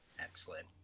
Excellent